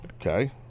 Okay